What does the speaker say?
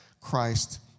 Christ